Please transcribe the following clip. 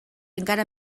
encara